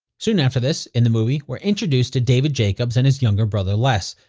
soon after this, in the movie, we're introduced to david jacobs and his younger brother, les.